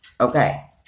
Okay